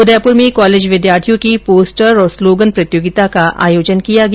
उदयपुर में कॉलेज विद्यॉर्थियों की पोस्टर और स्लोगन प्रतियोगिता का आयोजन किया गया